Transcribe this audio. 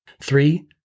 Three